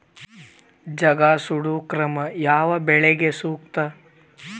ಜಗಾ ಸುಡು ಕ್ರಮ ಯಾವ ಬೆಳಿಗೆ ಸೂಕ್ತ?